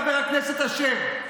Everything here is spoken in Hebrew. חבר הכנסת אשר.